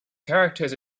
character